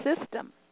system